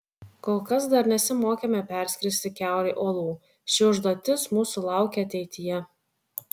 kol kas dar nesimokėme perskristi kiaurai uolų ši užduotis mūsų laukia ateityje